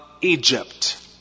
Egypt